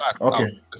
okay